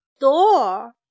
door